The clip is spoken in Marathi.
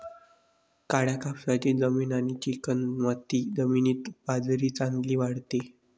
काळ्या कापसाची जमीन आणि चिकणमाती जमिनीत बाजरी चांगली वाढते